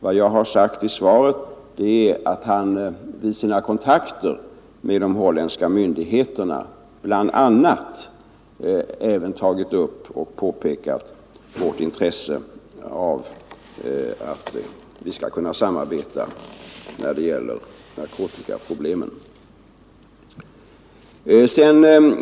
Vad jag har sagt i svaret är att han vid sina kontakter med de holländska myndigheterna bl.a. även pekat på vårt intresse av att vi skall kunna samarbeta när det gäller narkotikaproblemen.